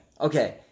okay